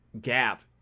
gap